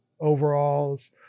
overalls